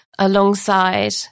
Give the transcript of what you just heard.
alongside